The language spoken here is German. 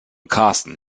carsten